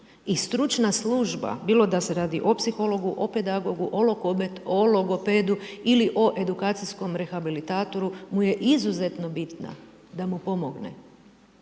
I stručna služba, bilo da se radi o psihologu, o pedagogu, o logopedu ili o edukacijskom rehabilitatoru mu je izuzetno bitna, da mu pomogne.